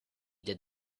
did